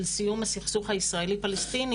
של סיום הסכסוך הישראלי פלסטיני,